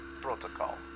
protocol